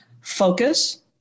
focus